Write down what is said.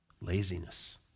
Laziness